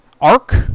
arc